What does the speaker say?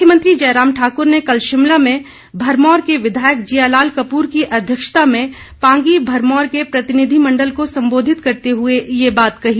मुख्यमंत्री जयराम ठाकुर ने कल शिमला में भरमौर के विधायक जियालाल कपूर की अध्यक्षता में पांगी भरमौर के प्रतिनिधिमंडल को संबोधित करते हुए ये बात कही